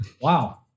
Wow